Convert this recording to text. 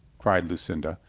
cried lucinda.